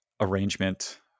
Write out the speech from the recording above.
arrangement